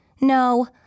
No